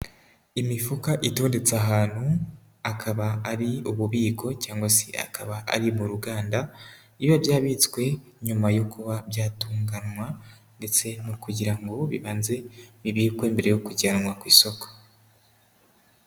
Imifuka itondetse ahantu akaba ari ububiko cyangwa se akaba ari mu ruganda, iyo byabitswe nyuma yo kuba byatunganywa ndetse no kugira ngo bibanze bibikwe mbere yo kujyanwa ku isoko.